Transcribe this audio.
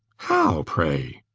how, pray?